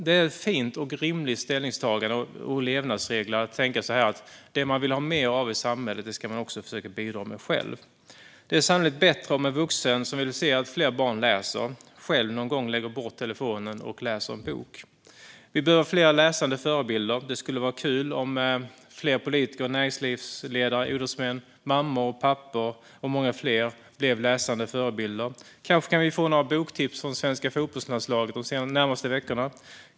Det är ett fint och rimligt ställningstagande och en levnadsregel att tänka att det man vill ha mer av i samhället ska man också försöka bidra med själv. Det är sannolikt bättre om en vuxen som vill se fler barn läsa själv någon gång lägger bort telefonen och läser en bok. Vi behöver fler läsande förebilder. Det skulle vara kul om fler politiker och näringslivsledare, idrottsmän, mammor, pappor och många fler blev läsande förebilder. Kanske vi kan få några boktips från svenska fotbollslandslaget de närmaste veckorna.